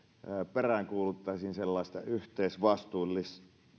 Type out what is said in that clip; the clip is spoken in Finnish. peräänkuuluttaisin näissä asioissa sellaista yhteisvastuullisuutta